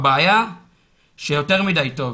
הבעיה שיותר מידי טוב,